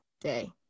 day